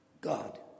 God